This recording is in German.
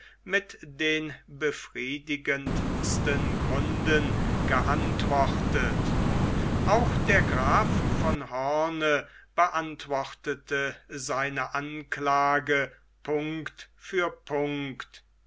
mit den befriedigendsten gründen geantwortet auch der graf von hoorn beantwortete seine anklage punkt für punkt